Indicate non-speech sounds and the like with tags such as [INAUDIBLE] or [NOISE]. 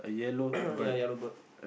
[COUGHS] ya yellow bird